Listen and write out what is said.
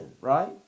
right